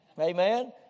Amen